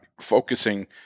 focusing